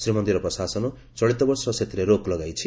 ଶ୍ରୀମନ୍ଦିର ପ୍ରଶାସନ ଚଳିତବର୍ଷ ସେଥିରେ ରୋକ୍ ଲଗାଇଛି